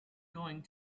going